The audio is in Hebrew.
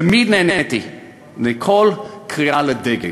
תמיד נעניתי לכל קריאה לדגל.